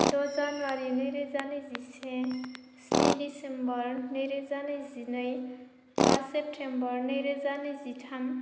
द' जानुवारि नैरोजा नैजिसे स्नि डिसेम्बर नैरोजा नैजिनै बा सेप्तेम्बर नैरोजा नैजिथाम